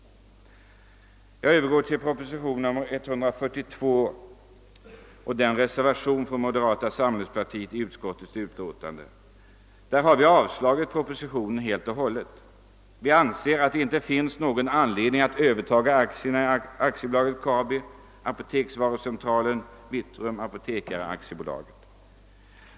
Jag övergår till proposition nr 142 och reservationen från moderata samlingspartiet i utskottets utlåtande. Vi har avstyrkt propositionen helt och hållet. Vi anser inte, att det finns någon anledning att övertaga aktierna i AB Kabi, Apoteksvarucentralen och Vitrum apotekare AB.